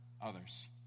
others